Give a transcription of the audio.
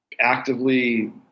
actively